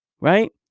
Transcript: Right